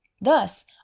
Thus